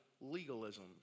legalism